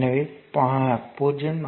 எனவே 0